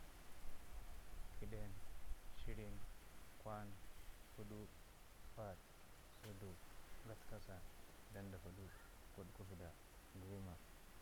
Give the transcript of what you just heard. kədən, shirin, kwan, fuɗu, vaɗ, zədu, gatkasa, dandafudu, gutguvuda, guma